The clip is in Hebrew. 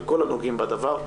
לכל הנוגעים בדבר,